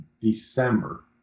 December